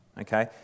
okay